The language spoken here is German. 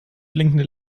blinkende